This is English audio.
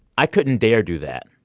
i couldn't dare do that.